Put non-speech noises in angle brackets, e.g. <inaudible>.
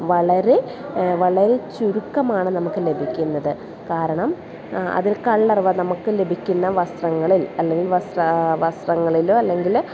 വളരെ വളരെ ചുരുക്കമാണ് നമുക്ക് ലഭിക്കുന്നത് കാരണം അതിൽ <unintelligible> നമുക്ക് ലഭിക്കുന്ന വസ്ത്രങ്ങളിൽ അല്ലെങ്കിൽ വസ്ത്ര വസ്ത്രങ്ങളിലോ അല്ലെങ്കിൽ